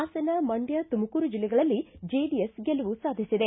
ಹಾಸನ ಮಂಡ್ಕ ತುಮಕೂರು ಜಿಲ್ಲೆಗಳಲ್ಲಿ ಜೆಡಿಎಸ್ ಗೆಲುವು ಸಾಧಿಸಿದೆ